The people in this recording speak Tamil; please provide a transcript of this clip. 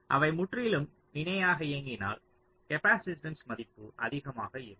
அவை முற்றிலும் இணையாக இயங்கினால் கேப்பாசிட்டன்ஸ் மதிப்பு அதிகமாக இருக்கும்